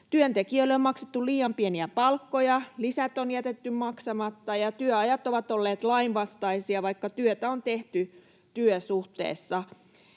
Työntekijöille on maksettu liian pieniä palkkoja, lisät on jätetty maksamatta, ja työajat ovat olleet lainvastaisia, vaikka työtä on tehty työsuhteessa.